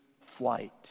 flight